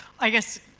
i guess,